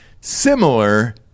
similar